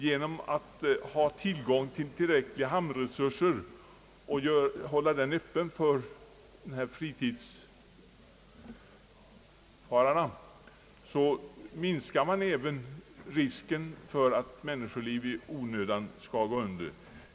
Genom att ha tillräckliga hamnresurser och genom att hålla hamnarna öppna för fritidsfararna minskar man risken för att människoliv i onödan skall gå till spillo.